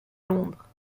londres